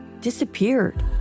disappeared